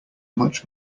much